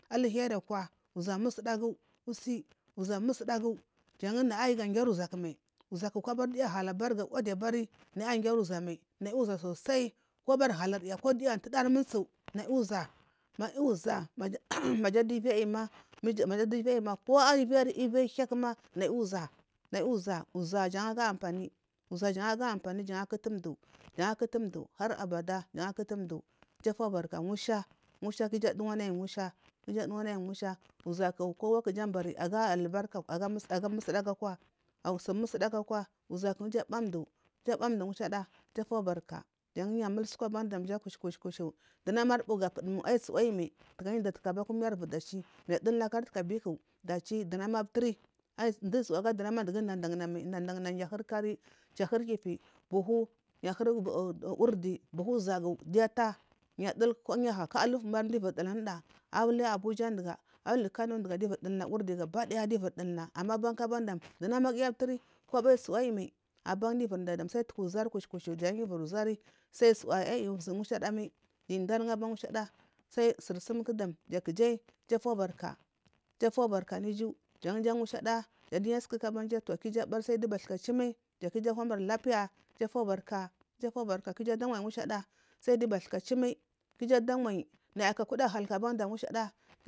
uza musdagu usi jamusdagu jan naya ayuja girigamal zaku kobari duya ahalbari nay girizamal naya uza sosai kobari haluyari kobarinaya dari munsu uza uza maja dulvi aiyima majadu ivi ayima malnarhiya kuma naya uza naya uza za jan ja anpari zajan ga ampan jan kutummji jankutumdu harabada jankutundu jafobarka musha musha ku iju dumanayi musha kigudumanayi musha zaku aga albarka agamusdagu kwa ausumusdagukwa zarku iju abantu ijubatu mushada jafobarka janyu mul suku ba kushu kushu danama bupundum sukdayimal yida baka bumurai ndachi mi dulda biku dashi yu dunama mturi mdayi tsuga ndunama dugudandama dunama chahurilsri chatun kifi buchu kihuri wurdi buhuzayu giyu ata ya duly u aha kwa ulufumari mdu ivuri dul anuda ali abuja duga ali kano diya viri dulda wurdi gabadaya diyu vuri dulda ama bankuban daro dunamagu-ya amturi lagurbu asukwa yimal aban duyu iviri nda dam book sura sai uzari kushu kushu uvuri zari sayi sumayima mushadama ndarigaban sal sursumku dam jakijayi jafobarka jafobarka nuiju janja mushada jansukuku ki ijubari sal giyu bathuka chumal iyuhuwamur lapiya jafobarka jafobarka gudawanyi mushada sal diyu bathuka chumal kujudawanyi naya ku kuda halku musha.